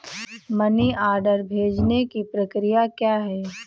Money order भेजने की प्रक्रिया क्या है?